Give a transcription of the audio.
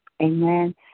Amen